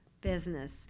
business